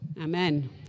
Amen